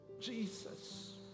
Jesus